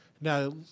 Now